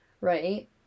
right